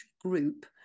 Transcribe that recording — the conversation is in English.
group